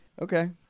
Okay